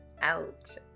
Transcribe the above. out